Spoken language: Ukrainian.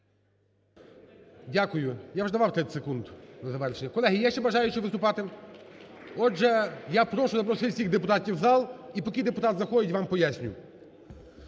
Дякую. Я вже давав 30 секунд на завершення. Колеги, є ще бажаючі виступати? Отже, я прошу запросити всіх депутатів в зал і поки депутати заходять, вам пояснюю.